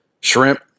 shrimp